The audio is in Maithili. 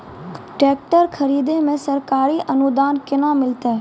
टेकटर खरीदै मे सरकारी अनुदान केना मिलतै?